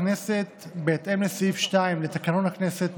המתבקשת, בהתאם לסעיף 2 לתקנון הכנסת,